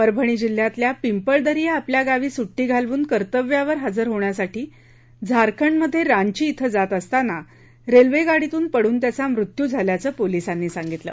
परभणी जिल्ह्यातल्या पिंपळदरी या आपल्या गावी सुट्टी घालवून कर्तव्यावर हजर होण्यासाठी झारखंडमधे रांची अं जात असताना रेल्वे गाडीतून पडून त्याचा मृत्यू झाल्याचं पोलिसांनी सांगितलं